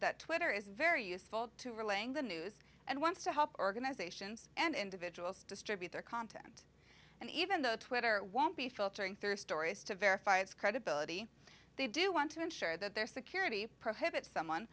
that twitter is very useful to relaying the news and wants to help organizations and individuals distribute their content and even though twitter won't be filtering through stories to verify its credibility they do want to ensure that their security prohibits someone